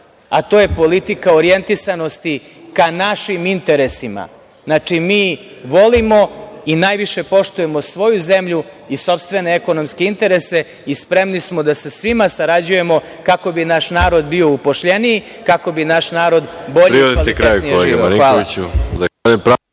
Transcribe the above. a to je politika orijentisanosti ka našim interesima. Znači, mi volimo i najviše poštujemo svoju zemlju i sopstvene ekonomske interese i spremni smo da sa svima sarađujemo, kako bi naš narod bio upošljeniji, kako bi naš narod bolje i kvalitetnije živeo. Hvala.